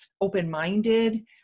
open-minded